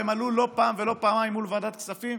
והם עלו לא פעם ולא פעמיים מול ועדת הכספים,